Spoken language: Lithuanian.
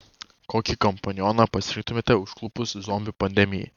kokį kompanioną pasirinktumėte užklupus zombių pandemijai